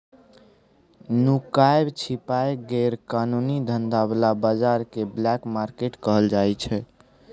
नुकाए छिपाए गैर कानूनी धंधा बला बजार केँ ब्लैक मार्केट कहल जाइ छै